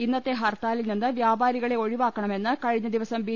ഇന്നത്തെ ഹർത്താലിൽ നിന്ന് വ്യാപാരികളെ ഒഴിവാക്കണമെന്ന് കഴിഞ്ഞ ദിവസം ബി